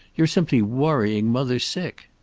you're simply worrying mother sick.